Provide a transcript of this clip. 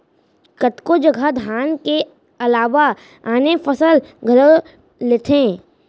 कतको जघा धान के अलावा आने फसल घलौ लेथें